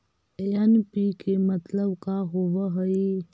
NPK मतलब का होव हइ?